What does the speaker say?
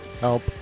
help